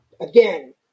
Again